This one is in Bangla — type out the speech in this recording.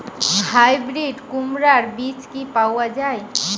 হাইব্রিড কুমড়ার বীজ কি পাওয়া য়ায়?